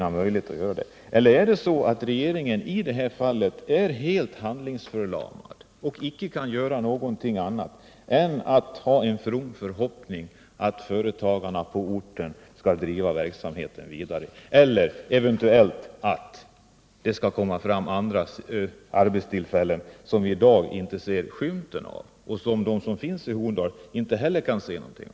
Eller är det så att regeringen i det här fallet är helt handlingsförlamad och icke kan göra något annat än hysa en from förhoppning att företagarna på orten skall driva verksamheten vidare eller att det eventuellt skall komma fram andra arbetstillfällen, som vi här i dag inte ser skymten av och ingen i Horndal heller kan se skymten av?